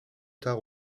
tard